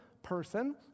person